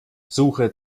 suche